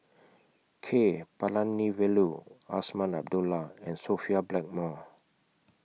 K Palanivelu Azman Abdullah and Sophia Blackmore